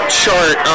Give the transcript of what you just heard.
chart